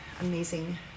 amazing